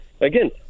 again